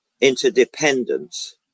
interdependence